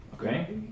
Okay